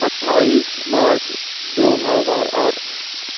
اٹھائیس مارچ دو ہزار آٹھ